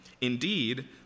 Indeed